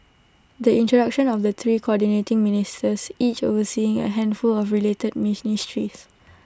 the introduction of the three Coordinating Ministers each overseeing A handful of related ministries